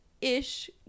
ish